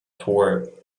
tour